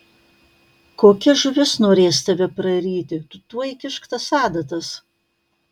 kokia žuvis norės tave praryti tu tuoj kišk tas adatas